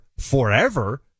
forever